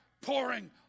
pouring